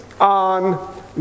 on